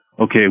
okay